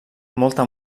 molta